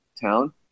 town